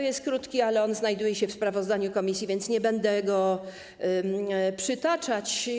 Jest krótki, znajduje się w sprawozdaniu komisji, więc nie będę go przytaczać.